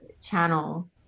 channel